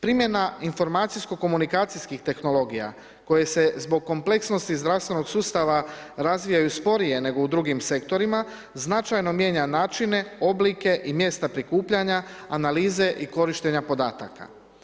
Primjena informacijsko komunikacijskih tehnologija koje se zbog kompleksnosti zdravstvenog sustava razvijaju sporije nego u drugim sektorima, značajno mijenja načine, oblike i mjesta prikupljanja, analize i korištenja podataka.